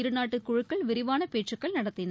இருநாட்டுக் குழுக்கள் விரிவாள பேச்சுக்கள் நடத்தின